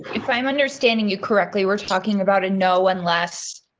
if i'm understanding you correctly we're talking about a no and less.